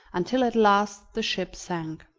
until at last the ship sank.